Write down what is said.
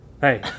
hey